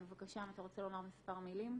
בבקשה, אם אתה רוצה לומר מספר מילים.